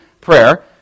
prayer